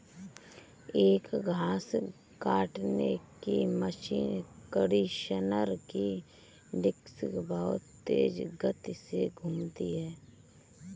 एक घास काटने की मशीन कंडीशनर की डिस्क बहुत तेज गति से घूमती है